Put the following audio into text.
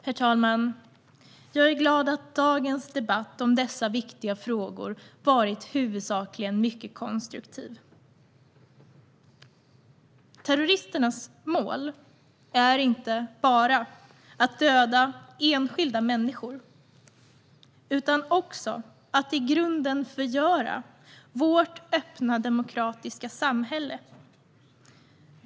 Herr talman! Jag är glad över att dagens debatt om dessa viktiga frågor huvudsakligen har varit mycket konstruktiv. Terroristernas mål är inte bara att döda enskilda människor utan också att i grunden förgöra vårt öppna demokratiska samhälle.